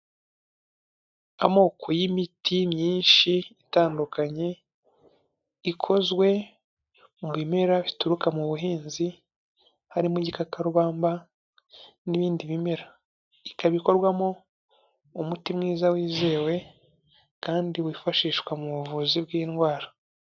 Amoko y'imiti myinshi itandukanye ikozwe mu bimera bituruka mu buhinzi, harimo igikakarubamba n'ibindi bimera ikaba ikorwamo umuti mwiza wizewe kandi wifashishwa mu buvuzi bw'indwara.